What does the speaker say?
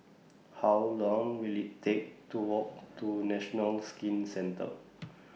How Long Will IT Take to Walk to National Skin Centre